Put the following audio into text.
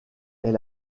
est